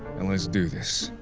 and let's do this.